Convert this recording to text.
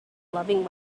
loving